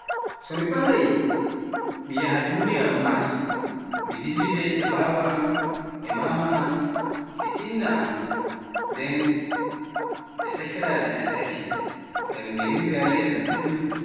So mi ɓangai duniyaaru Mas, midillidai e Ba an, e Mama an, e Inna an nden e sakiraaɓe an taati, ngam mi ringa yiiaɓe kullum.